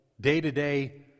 day-to-day